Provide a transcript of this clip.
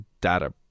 data